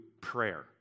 prayer